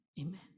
Amen